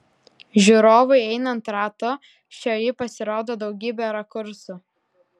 žiūrovui einant ratu šioji pasirodo daugybe rakursų